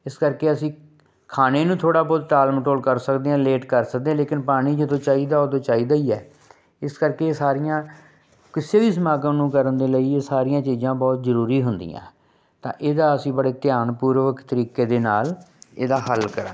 ਇਸ ਕਰਕੇ ਅਸੀਂ ਖਾਣੇ ਨੂੰ ਥੋੜ੍ਹਾ ਬਹੁਤ ਟਾਲ ਮਟੋਲ ਕਰ ਸਕਦੇ ਹਾਂ ਲੇਟ ਕਰ ਸਕਦੇ ਹਾਂ ਲੇਕਿਨ ਪਾਣੀ ਜਦੋਂ ਚਾਹੀਦਾ ਉਦੋਂ ਚਾਹੀਦਾ ਹੀ ਹੈ ਇਸ ਕਰਕੇ ਇਹ ਸਾਰੀਆਂ ਕਿਸੇ ਵੀ ਸਮਾਗਮ ਨੂੰ ਕਰਨ ਦੇ ਲਈ ਇਹ ਸਾਰੀਆਂ ਚੀਜ਼ਾਂ ਬਹੁਤ ਜ਼ਰੂਰੀ ਹੁੰਦੀਆਂ ਤਾਂ ਇਹਦਾ ਅਸੀਂ ਬੜੇ ਧਿਆਨਪੂਰਵਕ ਤਰੀਕੇ ਦੇ ਨਾਲ ਇਹਦਾ ਹੱਲ ਕਰਾਂਗੇ